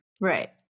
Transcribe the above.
right